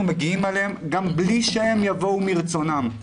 מגיעים אליהם גם בלי שהם יבואו מרצונם.